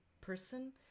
person